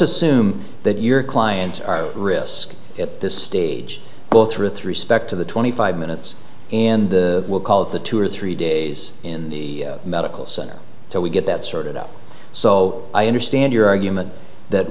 assume that your clients are risky at this stage go through with respect to the twenty five minutes in the we'll call it the two or three days in the medical center so we get that sorted out so i understand your argument that